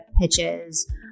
pitches